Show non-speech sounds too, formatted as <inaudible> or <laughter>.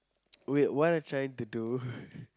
wait what are trying to do <laughs>